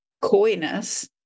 coyness